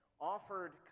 offered